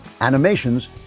Animations